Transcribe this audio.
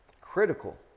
critical